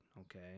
okay